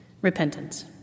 repentance